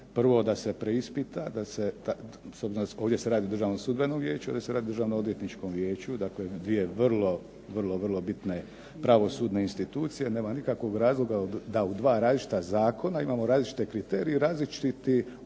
da se, s obzirom, ovdje se radi o Državnom sudbenom vijeću, ovdje se radi o Državnom odvjetničkom vijeću, dakle dvije vrlo, vrlo bitne pravosudne institucije. Nema nikakvog razloga da u dva različita zakona imamo različite kriterije i različiti odabir